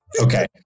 Okay